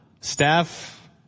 Staff